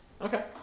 Okay